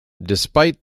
despite